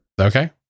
Okay